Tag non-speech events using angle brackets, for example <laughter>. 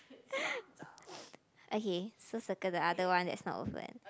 <noise> okay so circle the other one that's not open